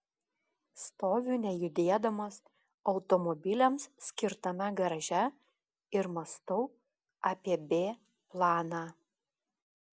stoviu nejudėdamas automobiliams skirtame garaže ir mąstau apie b planą